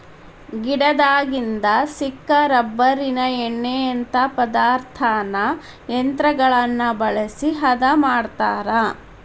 ಗಿಡದಾಗಿಂದ ಸಿಕ್ಕ ರಬ್ಬರಿನ ಎಣ್ಣಿಯಂತಾ ಪದಾರ್ಥಾನ ಯಂತ್ರಗಳನ್ನ ಬಳಸಿ ಹದಾ ಮಾಡತಾರ